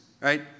right